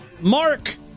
Mark